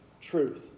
truth